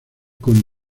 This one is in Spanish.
con